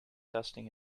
testing